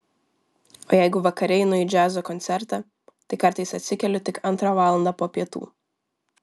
o jeigu vakare einu į džiazo koncertą tai kartais atsikeliu tik antrą valandą po pietų